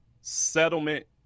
settlement